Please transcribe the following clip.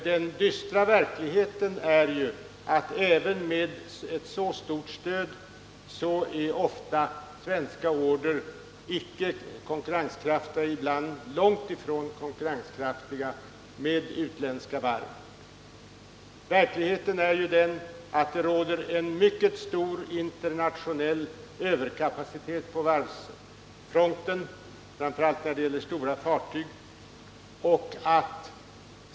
Den dystra sanningen är att svenska varv trots detta stora stöd ofta icke är konkurrenskraftiga, ibland långt ifrån konkurrenskraftiga. Verkligheten är att det internationellt råder en mycket stor överkapacitet på varvsfronten framför allt när det gäller stora fartyg.